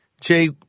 Jay